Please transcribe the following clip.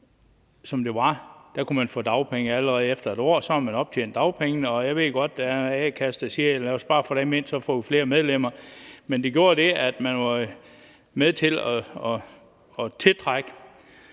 kom til Danmark, få dagpenge allerede efter 1 år. Så havde man optjent dagpengeretten. Og jeg ved godt, at der er en a-kasse, der siger: Lad os bare få dem ind, for så får vi flere medlemmer. Men det gjorde jo, at man var med til at tiltrække